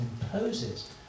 imposes